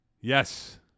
Yes